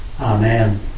Amen